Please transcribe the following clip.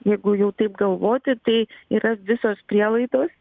jeigu jau taip galvoti tai yra visos prielaidos